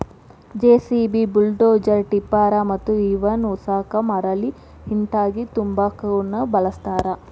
JCB, bulldozer, tipper ಮತ್ತ ಇವನ್ ಉಸಕ ಮರಳ ಇಟ್ಟಂಗಿ ತುಂಬಾಕುನು ಬಳಸ್ತಾರ